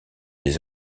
des